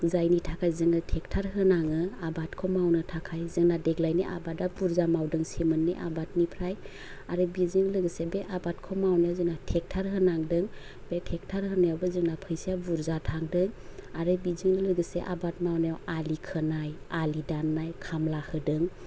जायनि थाखाय जोङो टेक्टार होनाङो आबादखौ मावनो थाखाय जोंना देग्लायनि आबादा बुरजा मावदों सेमोननि आबादनिफ्राय आरो बेजों लोगोसे बे आबादखौ मावनो जोंना टेक्टार होनांदों बे टेक्टार होनायावबो जोंना फैसाया बुरजा थांदों आरो बेजोंनो लोगोसे आबाद मावनायाव आलि खोनाय आलि दाननाय खामला होदों